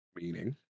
Meaning